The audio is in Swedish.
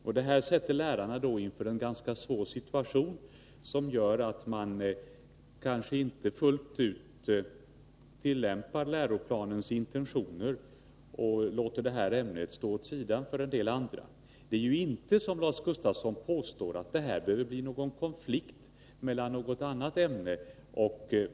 Lärarna försätts härigenom i en ganska svår situation, som gör att de kanske inte fullt ut kan fullfölja läroplanens intentioner, utan låter ämnet stå åt sidan för en del andra. Det är inte så som Lars Gustafsson påstår att vårt förslag innebär att det blir konflikt mellan försvarsoch säkerhetspolitiken och något annat ämne.